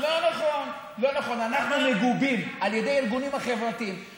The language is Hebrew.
למה הוא צריך להעביר את זה אם זה לא רלוונטי?